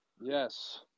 Yes